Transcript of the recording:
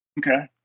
Okay